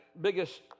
biggest